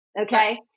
okay